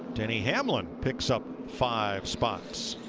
denny hamlin picks up five spots